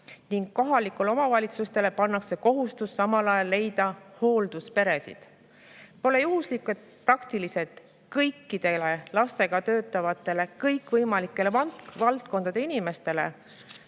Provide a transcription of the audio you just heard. Kohalikele omavalitsustele pannakse kohustus leida samal ajal hooldusperesid. Pole juhuslik, et praktiliselt kõikidele lastega töötavatele kõikvõimalike valdkondade inimestele,